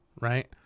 right